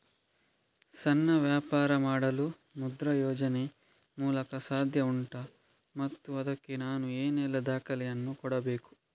ಸಣ್ಣ ವ್ಯಾಪಾರ ಮಾಡಲು ಮುದ್ರಾ ಯೋಜನೆ ಮೂಲಕ ಸಾಧ್ಯ ಉಂಟಾ ಮತ್ತು ಅದಕ್ಕೆ ನಾನು ಏನೆಲ್ಲ ದಾಖಲೆ ಯನ್ನು ಕೊಡಬೇಕು?